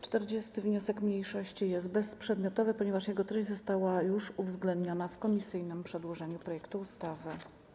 40. wniosek mniejszości jest bezprzedmiotowy, ponieważ jego treść została już uwzględniona w komisyjnym przedłożeniu projektu ustawy.